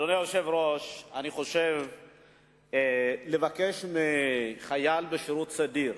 אדוני היושב-ראש, לבקש מחייל בשירות סדיר